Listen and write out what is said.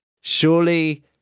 surely